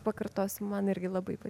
pakartosiu man irgi labai